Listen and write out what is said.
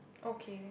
okay